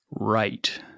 Right